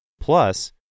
plus